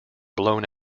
blown